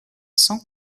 cent